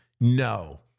No